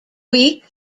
week